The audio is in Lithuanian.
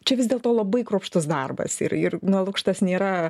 čia vis dėl to labai kruopštus darbas ir ir nu lukštas nėra